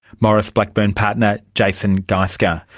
maurice blackburn part and jason geisker.